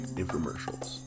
infomercials